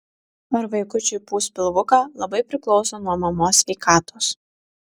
ar vaikučiui pūs pilvuką labai priklauso nuo mamos sveikatos